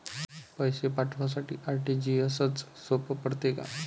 पैसे पाठवासाठी आर.टी.जी.एसचं सोप पडते का?